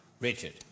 Richard